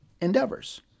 endeavors